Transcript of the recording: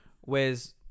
Whereas